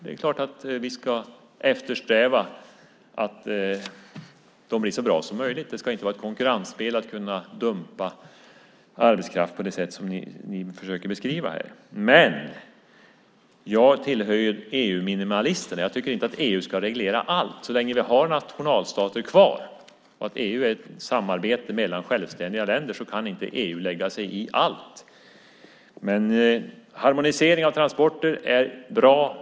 Det är klart att vi ska eftersträva att de blir så bra som möjligt. Det ska inte vara ett konkurrensmedel att kunna dumpa arbetskraft på det sätt som ni försöker beskriva här. Men jag tillhör ju EU-minimalisterna. Jag tycker inte att EU ska reglera allt. Så länge vi har nationalstater kvar och EU är ett samarbete mellan självständiga länder kan inte EU lägga sig i allt. Harmonisering av transporter är bra.